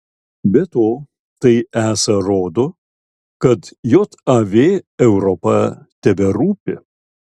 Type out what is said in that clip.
be to tai esą rodo kad jav europa teberūpi